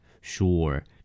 Sure